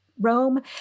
Rome